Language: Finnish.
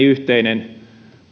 yhteinen